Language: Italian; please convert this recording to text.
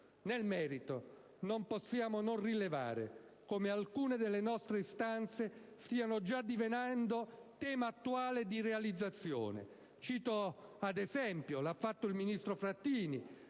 Nel merito, non possiamo non rilevare come alcune delle nostre istanze stiano già divenendo tema di attuale realizzazione. Cito ad esempio - l'ha fatto il ministro Frattini